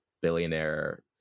billionaire